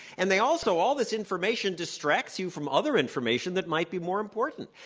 and they also all this information distracts you from other information that might be more important.